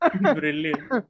Brilliant